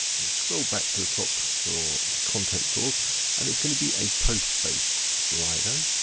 scroll back to the top for the content source and it's gonna be a post-based slider.